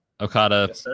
Okada